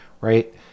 Right